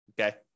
okay